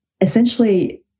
essentially